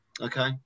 Okay